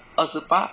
二十八